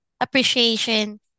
appreciation